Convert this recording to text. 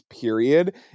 period